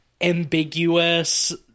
ambiguous